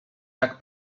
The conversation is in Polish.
jak